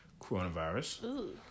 coronavirus